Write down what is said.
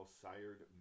sired